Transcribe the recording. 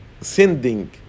sending